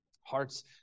hearts